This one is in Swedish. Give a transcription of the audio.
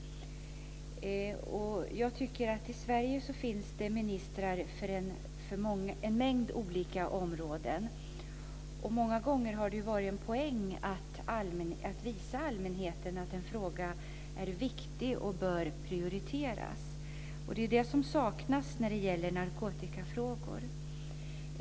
I Sverige finns det ministrar för en mängd områden. Många gånger har det varit en poäng att visa allmänheten att en fråga är viktig och bör prioriteras. Det är det som saknas när det gäller narkotikafrågor.